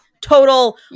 total